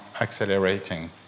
accelerating